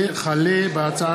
רוברט אילטוב ויוליה מלינובסקי,